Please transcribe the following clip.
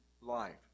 life